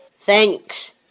Thanks